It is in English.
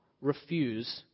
refuse